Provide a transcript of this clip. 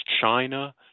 China